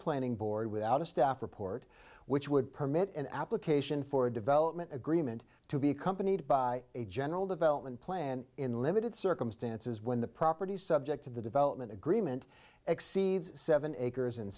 planning board without a staff report which would permit an application for a development agreement to be accompanied by a general development plan in limited circumstances when the property subject to the development agreement exceeds seven acres in